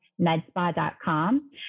medspa.com